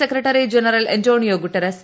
secretary general Antonio Guterres